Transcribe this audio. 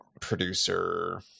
producer